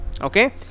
Okay